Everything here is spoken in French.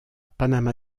panama